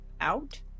out